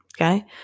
Okay